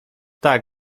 tak